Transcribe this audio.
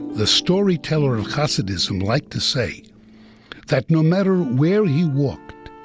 the storyteller of hasidism, liked to say that no matter where he walked,